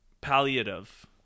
Palliative